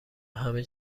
همه